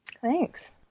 Thanks